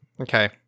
okay